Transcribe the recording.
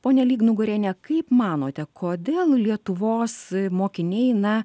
pone lygnugariene kaip manote kodėl lietuvos mokiniai na